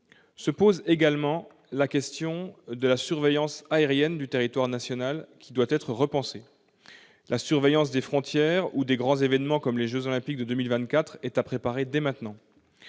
Se pose aussi la question de la surveillance aérienne du territoire national, qui doit être repensée. La surveillance des frontières ou des grands événements comme les Jeux olympiques de 2024 est à préparer dès maintenant.